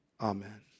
Amen